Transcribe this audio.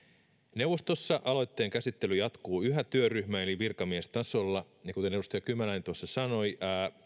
neuvostossa aloitteen käsittely jatkuu yhä työryhmä eli virkamiestasolla ja kuten edustaja kymäläinen tuossa sanoi